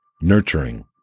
nurturing